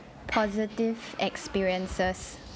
positive experiences